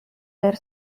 their